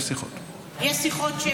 יש שיחות.